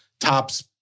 Tops